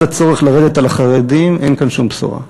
הצורך לרדת על חרדים אין כאן שום בשורה.